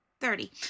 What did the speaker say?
thirty